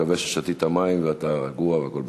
אני מקווה ששתית מים ואתה רגוע והכול בסדר.